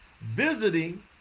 visiting